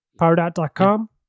PowerDot.com